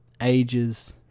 ages